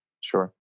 Sure